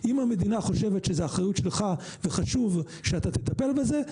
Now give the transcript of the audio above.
המדינה חושבת שזאת האחריות שלך וחשוב שאתה תטפל בזה,